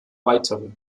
weitere